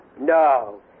No